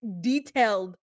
detailed